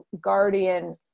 guardian